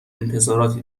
انتظاراتی